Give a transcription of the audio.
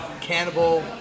Cannibal